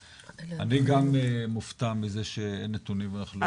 גם אני מופתע מזה שאין נתונים ואנחנו לא יודעים כלום.